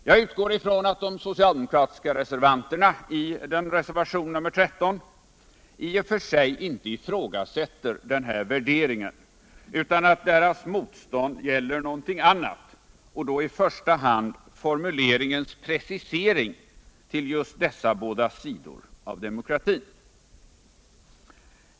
Jag utgår ifrån att de socialdemokratiska reservanterna i reservationen 13 i och för sig inte ifrågasätter den här värderingen utan att deras motstånd gäller någonting annat och då i första hand formuleringens precisering till just dessa båda sidor av demokratin.